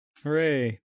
Hooray